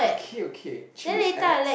okay okay chill axe